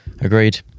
Agreed